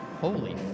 holy